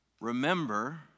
remember